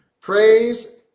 Praise